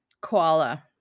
koala